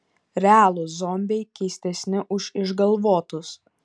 realūs zombiai keistesni už išgalvotus